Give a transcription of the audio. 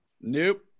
Nope